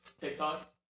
TikTok